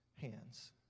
hands